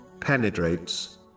penetrates